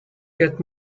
get